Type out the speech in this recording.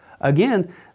Again